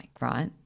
right